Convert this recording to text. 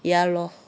ya lor